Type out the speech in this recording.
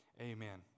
amen